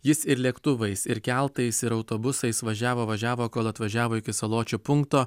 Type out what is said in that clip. jis ir lėktuvais ir keltais ir autobusais važiavo važiavo kol atvažiavo iki saločių punkto